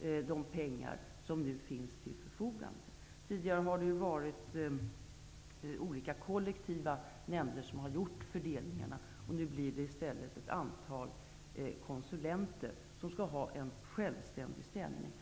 de pengar som nu finns till förfogande. Tidigare har olika kollektiva nämnder gjort fördelningarna, och nu blir det i stället ett antal konsulenter. De skall ha en självständig ställning.